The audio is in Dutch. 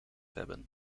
hebben